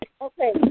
Okay